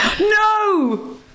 no